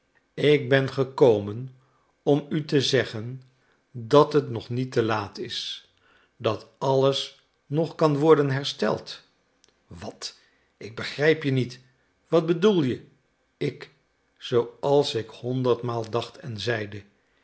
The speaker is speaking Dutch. ik ben gekomen om u te zeggen dat het nog niet te laat is dat alles nog kan worden hersteld wat ik begrijp je niet wat bedoel je ik zooals ik honderdmaal dacht en zeide